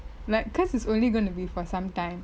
like cause it's only gonna be for some time